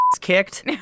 kicked